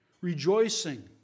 rejoicing